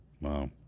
Wow